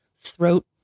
throat